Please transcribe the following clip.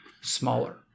smaller